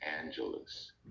Angeles